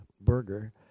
burger